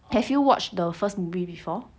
have you watched the first movie before